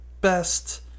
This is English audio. best